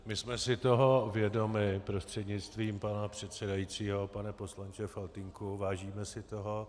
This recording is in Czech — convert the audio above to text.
My jsme si toho vědomi, prostřednictvím pana předsedajícího pane poslanče Faltýnku, vážíme si toho.